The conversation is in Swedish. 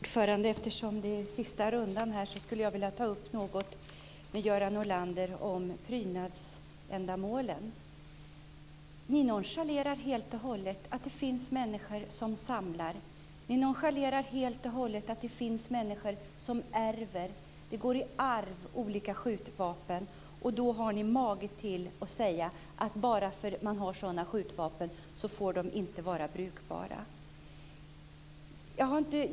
Herr talman! Eftersom det är sista rundan skulle jag vilja ta upp något med Göran Norlander om prydnadsändamålen. Ni nonchalerar helt och hållet att det finns människor som samlar. Ni nonchalerar helt och hållet att det finns människor som ärver. Det går i arv olika skjutvapen. Då har ni mage till att säga att sådana skjutvapen inte får vara brukbara.